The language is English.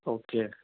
okay